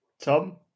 Tom